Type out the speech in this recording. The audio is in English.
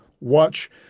Watch